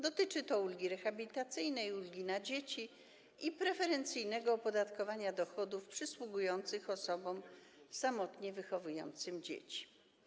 Dotyczy to ulgi rehabilitacyjnej, ulgi na dzieci i preferencyjnego opodatkowania dochodów przysługujących osobom samotnie wychowującym dzieci.